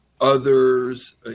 others